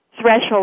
threshold